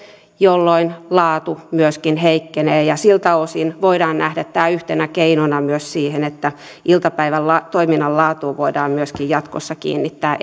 jolloin laatu myöskin heikkenee siltä osin voidaan nähdä tämä yhtenä keinona myös siihen että iltapäivätoiminnan laatuun voidaan myöskin jatkossa kiinnittää